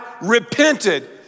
repented